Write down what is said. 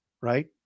right